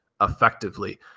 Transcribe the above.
effectively